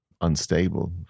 unstable